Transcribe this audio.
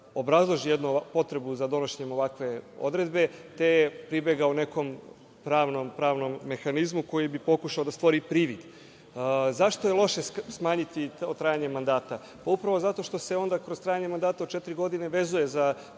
obrazloži potrebu za donošenjem ovakve odredbe, te je pribegao nekom pravnom mehanizmu koji bi pokušao da stvori privid.Zašto je loše smanjiti trajanje mandata? Upravo zato što se onda kroz trajanje mandata od četiri godine vezuje za